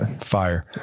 Fire